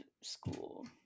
school